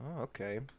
Okay